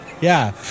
Yeah